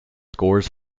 scores